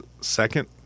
second